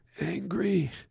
angry